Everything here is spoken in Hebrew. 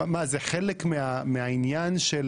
מה, זה חלק מהעניין של